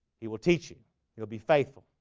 he will teach you it'll be faithful.